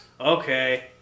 okay